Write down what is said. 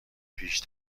پیش